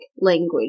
language